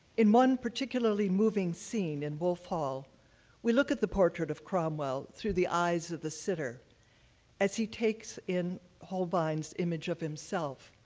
in one particularly moving scene in wolfhall, we look at the portrait of cromwell through the eyes of the sitter as he takes in holbein's image of himself,